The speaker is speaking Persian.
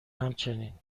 همچنین